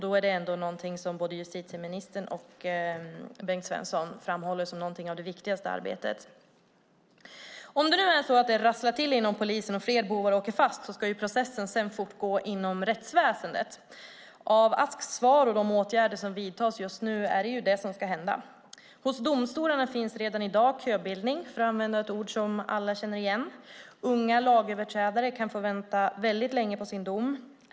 Då är det ändå någonting som både justitieministern och Bengt Svensson framhåller som någonting av det viktigaste i arbetet. Om det nu är så att det rasslar till inom polisen och fler bovar åker fast, ska ju processen sedan fortgå inom rättsväsendet. Enligt Asks svar och de åtgärder som vidtas just nu är det detta som ska hända. Hos domstolarna finns redan i dag köbildning, för att använda ett ord som alla känner igen. Unga lagöverträdare kan få vänta väldigt länge på sin dom.